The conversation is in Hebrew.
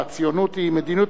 והציונות היא מדיניות,